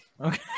Okay